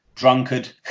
drunkard